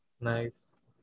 nice